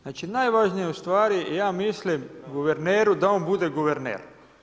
Znači, najvažnije je ustvari, ja mislim, guverneru da on bude guverner.